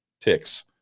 ticks